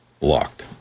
Locked